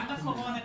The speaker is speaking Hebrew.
גם בקורונה,